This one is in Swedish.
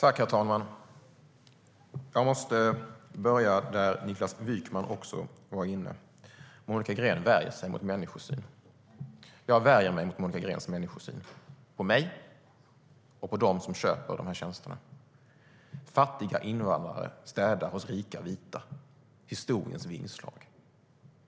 Herr talman! Jag måste börja med det som också Niklas Wykman tog upp. Monica Green värjer sig mot människosynen här. Jag värjer mig mot Monica Greens människosyn - på mig och på dem som köper tjänsterna. Hon talar om fattiga invandrare som städar hos rika vita - historiens vingslag.